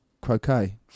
croquet